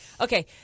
Okay